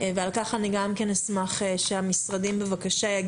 ועל כך אני גם אשמח שהמשרדים יגיבו,